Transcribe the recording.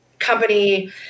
company